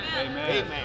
Amen